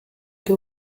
que